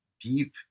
deep